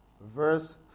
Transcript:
verse